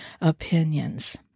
opinions